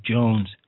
Jones